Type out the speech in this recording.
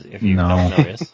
No